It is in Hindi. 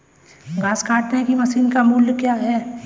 घास काटने की मशीन का मूल्य क्या है?